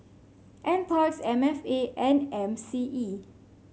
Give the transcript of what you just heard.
NParks M F A and M C E